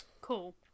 Cool